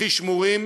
הכי שמורים.